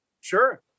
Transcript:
Sure